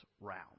round